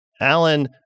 Alan